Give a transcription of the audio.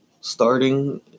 starting